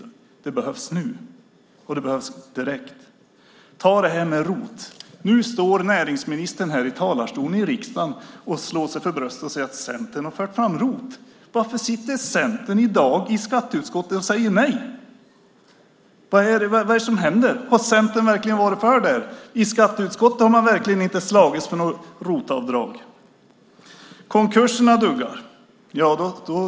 Men det behöver hända något nu på direkten. Ta detta med ROT-avdragen! Nu står näringsministern i riksdagens talarstol och slår sig för bröstet och säger att Centern har fört fram ROT. Varför sitter Centern i dag i skatteutskottet och säger nej? Vad är det som händer? Har Centern verkligen varit för detta? I skatteutskottet har de verkligen inte slagits för något ROT-avdrag. Konkurserna duggar.